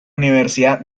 universidad